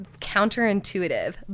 counterintuitive